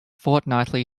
fortnightly